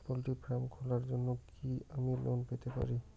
Poultry farm খোলার জন্য কি আমি লোন পেতে পারি?